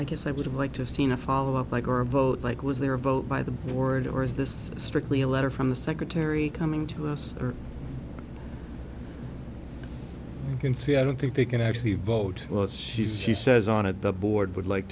i guess i would have liked to seen a followup like or a vote like was there a vote by the board or is this strictly a letter from the secretary coming to us or you can see i don't think they can actually vote was she she says on it the board would like